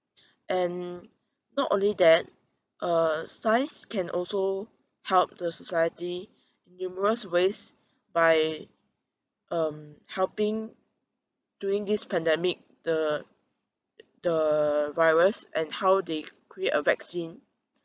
and not only that uh science can also help the society numerous ways by um helping during this pandemic the the virus and how they cr~ create a vaccine